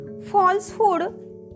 falsehood